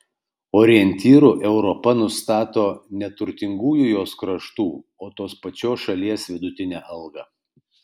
orientyru europa nustato ne turtingųjų jos kraštų o tos pačios šalies vidutinę algą